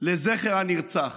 לזכר הנרצח.